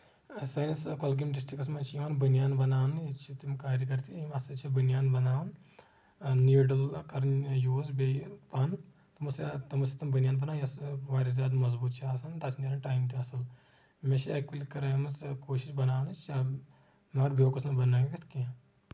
سٲنِس کۄلگٲمۍ ڈسٹرکٹس منٛز چھِ یِوان بٔنیان بَناونہٕ یِم چھِ تِم کارگر تہِ اَتھ منٛز چھِ یِوان بٔنیان بَناؤنہٕ نیٖڈٕل کَرٕنۍ یوٗز بیٚیہِ پَن تِمو سۭتۍ تِمو سۭتۍ بٔنِیان بَنان یۄس واریاہ زیادٕ مضبوٗط چھ آسان تَتھ چھ نیٚران ٹایم تہِ اَصٕل مےٚ چھ اَکہِ ؤلہِ کٔرمٕژ کوٗشش بَناونٕچ مَگر بہٕ ہیوکُس نہٕ بَنٲوِتھ کیٚنٛہہ